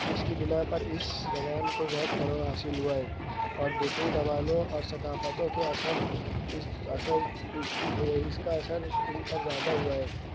جس کی بنا پر اس زبان کو بہت فروغ حاصل ہوا ہے اور دوسرے زبانوں اور ثقافتوں کے اثر اس اثر اس اس کا اثر ان پر زیادہ ہوا ہے